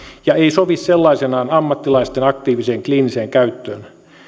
ja ei sovi sellaisenaan ammattilaisten aktiiviseen kliiniseen käyttöön